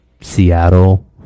Seattle